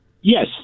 Yes